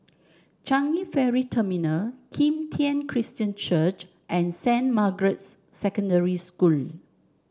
Changi Ferry Terminal Kim Tian Christian Church and Saint Margaret's Secondary School